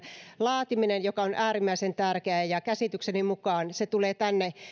laatiminen mikä on äärimmäisen tärkeää käsitykseni mukaan se tulee tänne